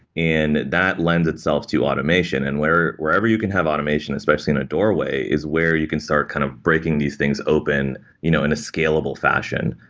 and that lends itself to automation. and wherever you can have automation especially in a doorway is where you can start kind of breaking these things open you know in a scalable fashion.